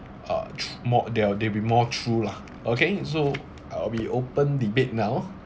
uh true more they are they'll be more true lah okay so I'll be open debate now